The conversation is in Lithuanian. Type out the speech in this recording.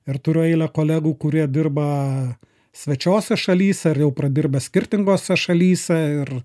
ir turiu eilę kolegų kurie dirba svečiose šalyse ir jau pradirbę skirtingose šalyse ir